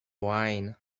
wine